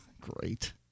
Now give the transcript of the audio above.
Great